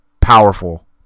powerful